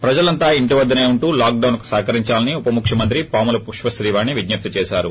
ప్రజలంతా ఇంటివద్లనే ఉంటూ లాక్ డౌన్ కు సహకరించాలని ఉప ముఖ్యమంత్రి పాముల పుష్ప శ్రీ వాణి విజ్ఞప్తి చేసారు